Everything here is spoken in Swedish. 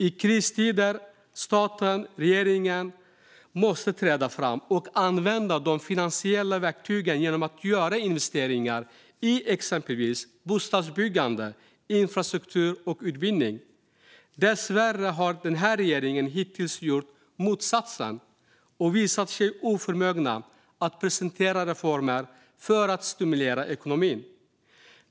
I kristider måste staten - regeringen - träda fram och använda de finansiella verktygen genom att göra investeringar i exempelvis bostadsbyggande, infrastruktur och utbildning. Dessvärre har den här regeringen hittills gjort motsatsen och visat sig oförmögen att presentera reformer för att stimulera ekonomin.